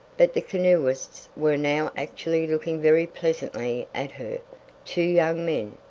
but the canoeists were now actually looking very pleasantly at her two young men.